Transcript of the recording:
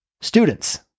students